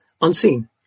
unseen